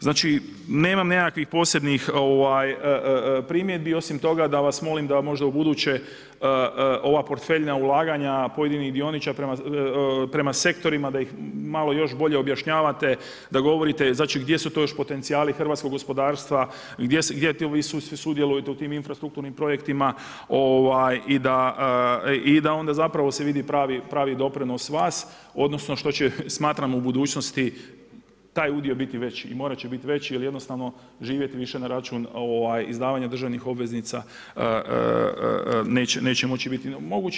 Znači nemam nekakvih posebnih primjedbi, osim toga da vas molim da možda ubuduće ova portfeljna ulaganja pojedinih dionica prema sektorima da ih malo još bolje objašnjavate da govorite gdje su to još potencijali hrvatskog gospodarstva, gdje vi sve sudjelujete u tim infrastrukturnim projektima i da se onda vidi pravi doprinos vas odnosno što će smatramo u budućnosti taj udio biti veći jel morat će biti veći jel jednostavno živjeti više na račun izdavanja državnih obveznica neće moći biti moguće.